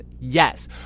Yes